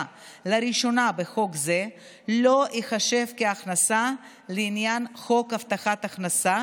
לראשונה בחוק זה לא ייחשב להכנסה לעניין חוק הבטחת הכנסה